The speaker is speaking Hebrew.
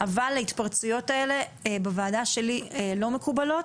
אבל ההתפרצויות האלה בוועדה שלי לא מקובלות.